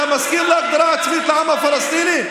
אתה מסכים להגדרה עצמית לעם הפלסטיני?